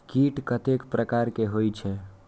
कीट कतेक प्रकार के होई छै?